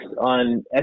on